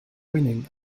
winning